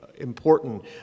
important